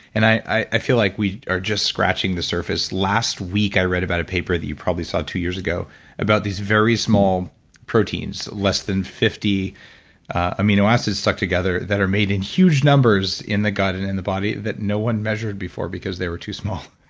and i i feel like we are just scratching the surface. last week, i read about a paper that you probably saw two years ago about these very small proteins less than fifty amino acids stuck together that are made in huge numbers numbers in the gut and in the body that no one measured before because they were too small